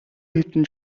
хэдэн